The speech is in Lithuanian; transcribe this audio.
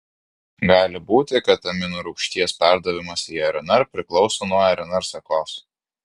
gali būti kad aminorūgšties perdavimas į rnr priklauso nuo rnr sekos